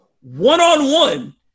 one-on-one